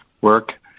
work